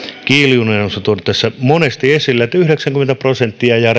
kiljunen on sen tuonut tässä monesti esille että yhdeksänkymmentä prosenttia ja ja